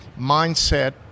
mindset